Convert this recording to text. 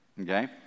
okay